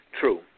True